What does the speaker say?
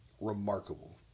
remarkable